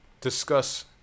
Discuss